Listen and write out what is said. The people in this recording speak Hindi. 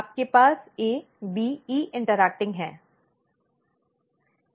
आपके पास A B E इन्टर्ऐक्टिंग है